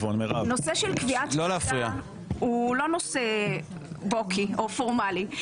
נושא של קביעת ועדה הוא לא נושא בוקי או פורמלי.